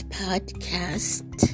podcast